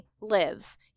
lives